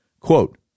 Quote